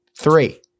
three